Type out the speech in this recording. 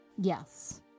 Yes